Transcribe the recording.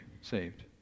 saved